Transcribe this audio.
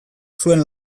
zuen